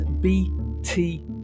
bt